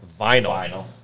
Vinyl